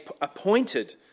appointed